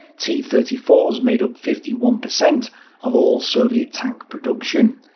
t thirty four s made up fifty one percent of all soviet tank production,